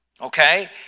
okay